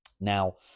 Now